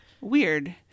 Weird